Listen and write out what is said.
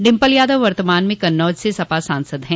डिम्पल यादव वर्तमान में कन्नौज से सपा की सांसद है